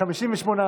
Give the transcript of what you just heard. קבוצת סיעת ש"ס,